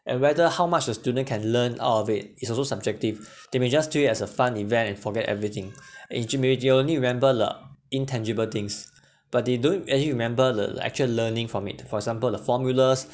and whether how much the students can learn out of it it's also subjective they may just treat as a fun event and forget everything and they only remember the intangible things but they don't actually remember the actual learning from it for example the formulas